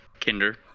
Kinder